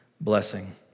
blessing